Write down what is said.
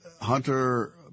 Hunter